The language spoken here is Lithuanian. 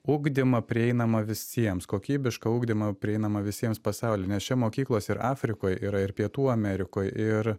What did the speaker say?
ugdymą prieinamą visiems kokybišką ugdymą prieinamą visiems pasauly nes čia mokyklos ir afrikoj yra ir pietų amerikoj ir